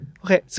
okay